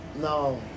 No